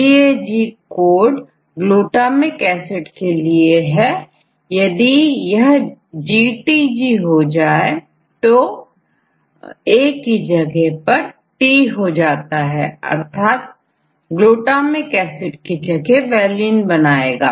GAG code glutamic acid के लिए है यदि यहGTG हो जाए तोA की जगह T हो जाता है अब यह ग्लूटामिक एसिड की जगह Valine बनाएगा